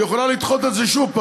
היא יכולה לדחות את זה שוב.